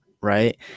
right